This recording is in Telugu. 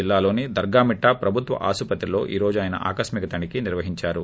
జిల్లాలోని దర్గామిట్ల ప్రభుత్వ ఆసుత్రిలో ఈ రోజు ఆయన ఆకస్మిక తనిఖీ నిర్వహించారు